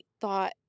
thought